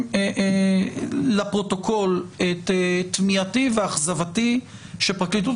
לפרוטוקול את תמיהתי ואכזבתי שפרקליטות